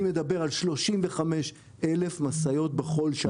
אני מדבר על 35 אלף משאיות בכל שנה.